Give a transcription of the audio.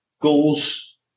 goals